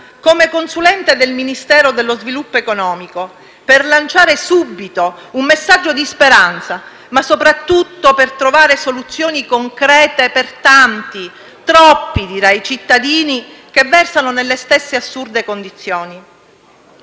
come consulente del Ministero dello sviluppo economico per lanciare subito un messaggio di speranza, ma soprattutto per trovare soluzioni concrete per tanti, troppi cittadini che versano nelle stesse assurde condizioni.